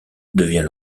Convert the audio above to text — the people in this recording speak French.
devient